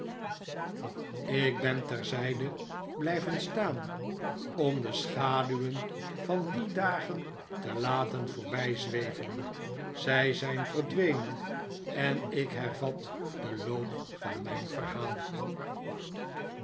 ik ben terzijde blijven staan om de schaduwen van die dagen te laten voorbijzweven zij zijn verdwenen en ik hervat den loop van mijn verhaal